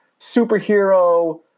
superhero